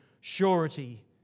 surety